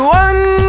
one